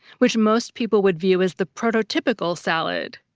which most people would view as the prototypical salad.